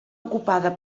ocupada